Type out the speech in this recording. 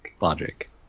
logic